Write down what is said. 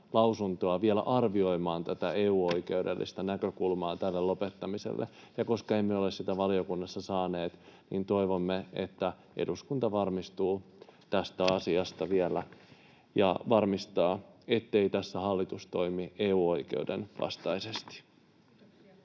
lausuntoa vielä arvioimaan tätä EU-oikeudellista näkökulmaa tälle lopettamiselle mutta emme ole sitä valiokunnassa saaneet, toivomme, että eduskunta varmistuu tästä asiasta vielä ja varmistaa, ettei tässä hallitus toimi EU-oikeuden vastaisesti.